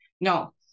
no